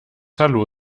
hallo